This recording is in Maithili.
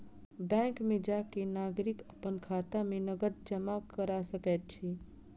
बैंक में जा के नागरिक अपन खाता में नकद जमा करा सकैत अछि